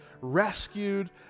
rescued